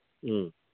ꯎꯝ